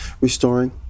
restoring